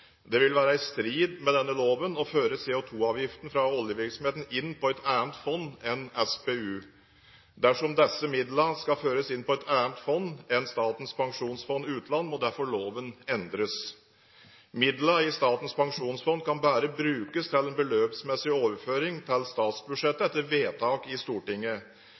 Det vil være i strid med denne loven å føre CO2-avgiften fra oljevirksomheten inn på et annet fond enn SPU. Dersom disse midlene skal føres inn på et annet fond enn Statens pensjonsfond utland, må derfor loven endres. Midlene i Statens pensjonsfond kan bare brukes til en beløpsmessig overføring til statsbudsjettet etter vedtak i Stortinget.